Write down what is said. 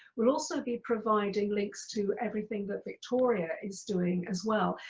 we'll also be providing links to everything that victoria is doing as well.